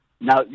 Now